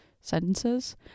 sentences